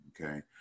Okay